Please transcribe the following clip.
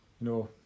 No